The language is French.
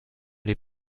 les